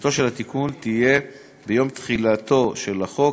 תחילתו של התיקון תהיה ביום תחילתו של החוק,